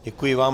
Děkuji vám.